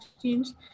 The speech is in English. teams